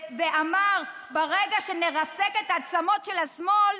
ואמר: "ברגע שנרסק את העצמות של השמאל,